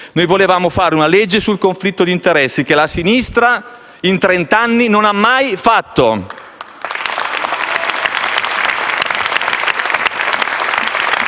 volevamo fare una legge sul conflitto di interessi, che la sinistra in trent'anni non ha mai fatto.